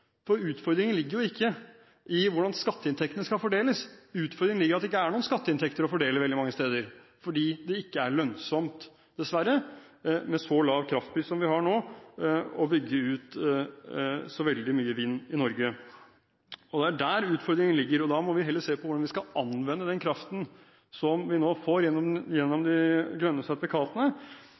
for utfordringen ligger ikke i hvordan skatteinntektene skal fordeles. Utfordringen ligger i at det ikke er noen skatteinntekter å fordele veldig mange steder, fordi det ikke er lønnsomt å bygge ut så veldig mye vindkraft i Norge med så lav kraftpris som vi har nå, dessverre. Det er der utfordringen ligger. Da må vi heller se på hvordan vi skal anvende den kraften vi nå får gjennom de grønne sertifikatene,